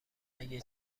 اگه